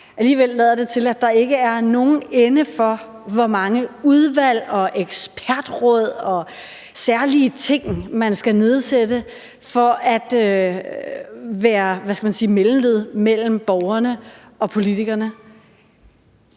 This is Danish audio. alligevel lader det til, at der ikke er nogen ende på, hvor mange udvalg, ekspertråd og særlige ting, man skal nedsætte for at være mellemled mellem borgerne og politikerne.